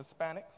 Hispanics